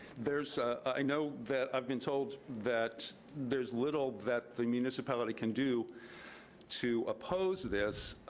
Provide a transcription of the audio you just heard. there's i know that i've been told that there's little that the municipality can do to oppose this.